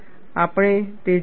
આપણે તે જોઈશું